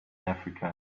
africa